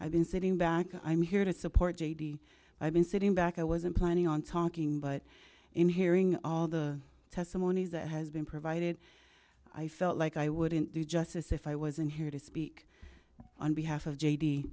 been sitting back i'm here to support j d i've been sitting back i wasn't planning on talking but in hearing all the testimonies that has been provided i felt like i wouldn't do justice if i wasn't here to speak on behalf of j d